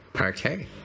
Okay